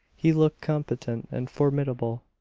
he looked competent and formidable.